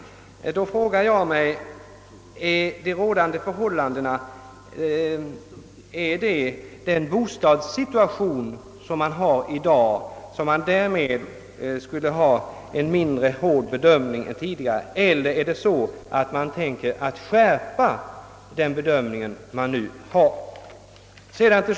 Avses härmed den rådande bostadssituationen, så att man nu skulle tillämpa en mindre hård bedömning än tidigare? Eller tänker man i stället skärpa den nuvarande bedömningen?